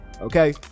Okay